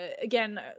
again